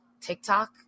TikTok